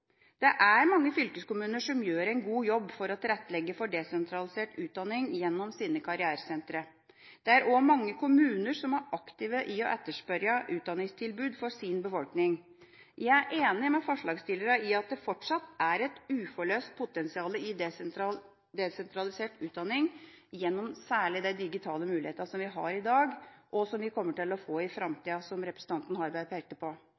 Det er mange fylkeskommuner som gjør en god jobb med å tilrettelegge for desentralisert utdanning gjennom sine karrieresentre. Det er også mange kommuner som er aktive i å etterspørre utdanningstilbud for sin befolkning. Jeg er enig med forslagsstillerne i at det fortsatt er et uforløst potensial i desentralisert utdanning, særlig gjennom de digitale muligheter vi har i dag, og som vi kommer til å få i framtida, som representanten Harberg pekte på.